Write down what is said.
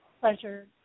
pleasure